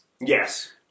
Yes